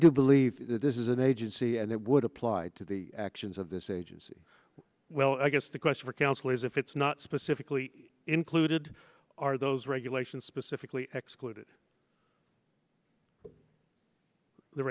do believe this is an agency and it would apply to the actions of this agency well i guess the question for counsel is if it's not specifically included are those regulations specifically excluded the